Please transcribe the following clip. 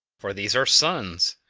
for these are suns,